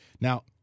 Now